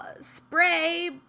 spray